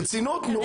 ברצינות נו.